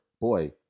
boy